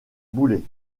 boulet